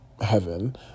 heaven